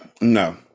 No